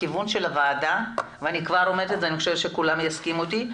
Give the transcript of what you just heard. הכיוון של הוועדה ואני חושבת שכולם יסכימו איתי,